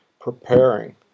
preparing